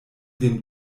dem